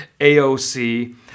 AOC